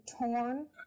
torn